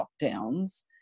lockdowns